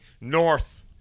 north